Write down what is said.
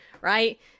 right